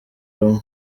rumwe